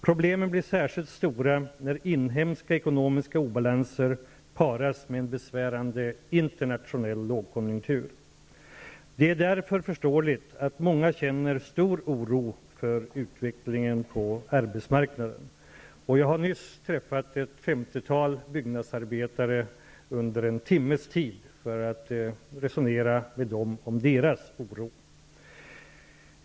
Problemen blir särskilt stora när inhemska ekonomiska obalanser paras med en besvärande internationell lågkonjunktur. Det är därför förståeligt att många känner stor oro för utvecklingen på arbetsmarknaden. Jag har nyss träffat ett femtiotal byggnadsarbetare under en timmes tid för att resonera med dem om deras oro.